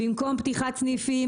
במקום פתיחת סניפים,